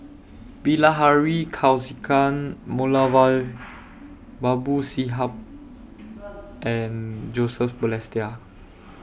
Bilahari Kausikan Moulavi Babu Sahib and Joseph Balestier